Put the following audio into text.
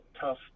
tough